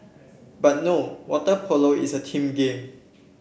but no water polo is a team game